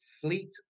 fleet